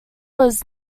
was